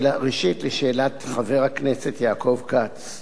לשאלת חבר הכנסת יעקב כץ,